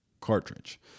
cartridge